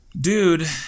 Dude